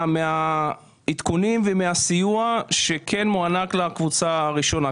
העדכונים ומן הסיוע שמוענק לקבוצה הראשונה.